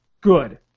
good